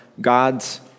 God's